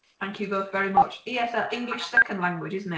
thank you both very much. esl, english second language,